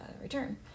return